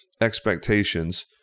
expectations